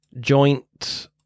joint